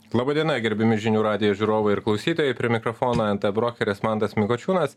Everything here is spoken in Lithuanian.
laba diena gerbiami žinių radijo žiūrovai ir klausytojai prie mikrofono nt brokeris mantas mikočiūnas